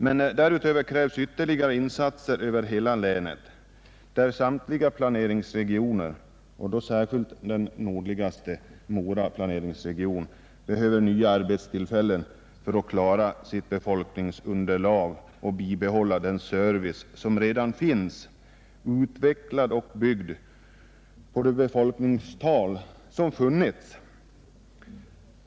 Men därutöver krävs ytterligare insatser över hela länet; samtliga planeringsregioner och särskilt den nordligaste, Mora planeringsregion, behöver nya arbetstillfällen för att klara sitt befolkningsunderlag och bibehålla den service som redan finns, utvecklad på basis av det befolkningstal som funnits.